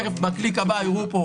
תיכף בקליק הבא יראו פה,